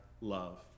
love